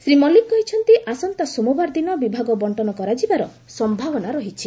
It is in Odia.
ଶ୍ରୀ ମଲ୍ଲିକ କହିଛନ୍ତି ଆସନ୍ତା ସୋମବାର ଦିନ ବିଭାଗ ବଣ୍ଟନ କରାଯିବାର ସମ୍ଭାବନା ରହିଛି